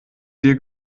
dir